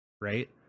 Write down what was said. right